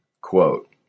quote